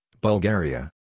Bulgaria